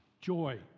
joy